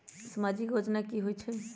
समाजिक योजना की होई छई?